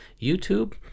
YouTube